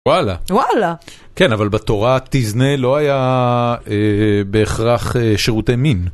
וואלה, כן אבל בתורה תזנה לא היה בהכרח שירותי מין.